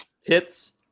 hits